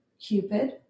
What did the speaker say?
Cupid